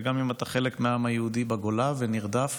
וגם אם אתה חלק מהעם היהודי בגולה ונרדף